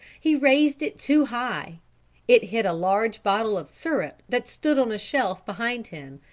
he raised it too high it hit a large bottle of syrup that stood on a shelf behind him,